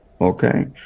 Okay